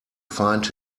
find